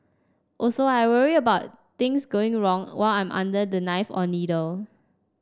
also I worry about things going wrong while I'm under the knife or needle